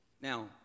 Now